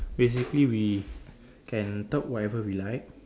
basically we can talk whatever we like